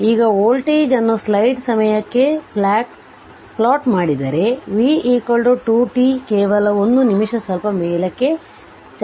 ಈಗ ವೋಲ್ಟೇಜ್ ಅನ್ನು ಸ್ಲೈಡ್ ಸಮಯಕ್ಕೆ ಪ್ಲಾಟ್ ಮಾಡಿದರೆ v 2 t ಕೇವಲ ಒಂದು ನಿಮಿಷ ಸ್ವಲ್ಪ ಮೇಲಕ್ಕೆ ಚಲಿಸಲಿ